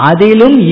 Adilum